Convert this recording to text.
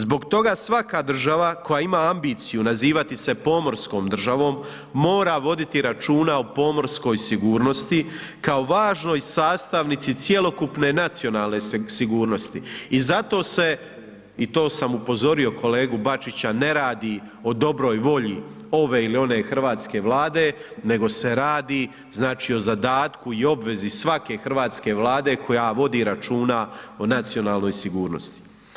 Zbog toga svaka država koja ima ambiciju nazivati se pomorskom državom, mora voditi računa o pomorskoj sigurnosti kao važnoj sastavnici cjelokupne nacionalne sigurnosti i zato se, i to sam upozorio kolegu Bačića, ne radi o dobroj volje ove ili one hrvatske Vlade nego se radi o zadatku i obvezi svake hrvatske Vlade koja vodi računa o nacionalnoj sigurnosti.